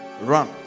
Run